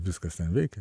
viskas ten veikia